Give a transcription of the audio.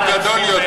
אדוני, עד שלוש דקות.